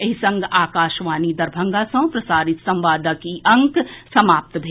एहि संग आकाशवाणी दरभंगा सँ प्रसारित संवादक ई अंक समाप्त भेल